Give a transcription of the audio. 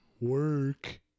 work